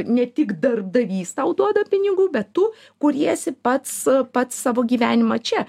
ne tik darbdavys tau duoda pinigų bet tu kuriesi pats pats savo gyvenimą čia